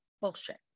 bullshit